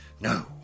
No